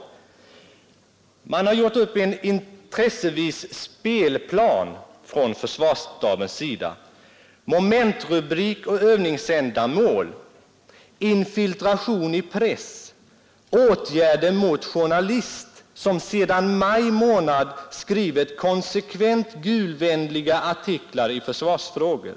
Försvarsstaben hade gjort upp en s.k. Intressevis spelplan, där det hette beträffande Momentrubrik och övningsändamål: Infiltration i press. Åtgärder mot journalist som sedan maj månad skrivit konsekvent Gul-vänliga artiklar i försvarsfrågor.